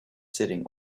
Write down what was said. sitting